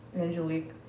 Angelique